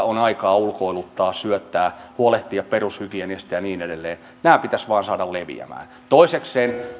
on aikaa ulkoiluttaa syöttää huolehtia perushygieniasta ja niin edelleen pitäisi vain saada leviämään toisekseen